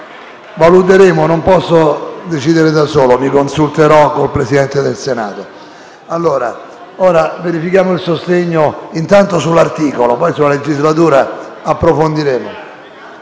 Santangelo, non posso decidere da solo, mi consulterò con il Presidente del Senato. Ora verifichiamo il sostegno per questo caso, poi sulla legislatura approfondiremo.